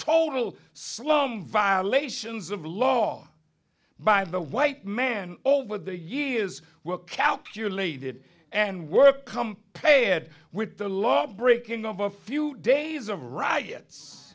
told slum violations of law by the white man over the years well calculated and work come pay ed with the law breaking of a few days of riots